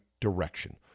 direction